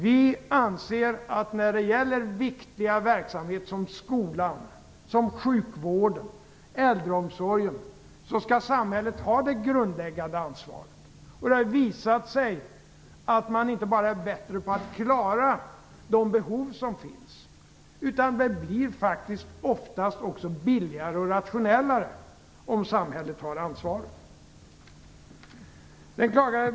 Vi anser att samhället skall ha det grundläggande ansvaret för viktiga verksamheter som skolan, sjukvården och äldreomsorgen. Det har visat sig att man inte bara är bättre på att klara de behov som finns, utan det blir faktiskt oftast också billigare och rationellare om samhället har ansvaret.